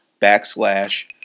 backslash